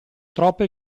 troppe